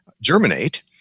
germinate